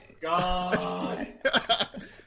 god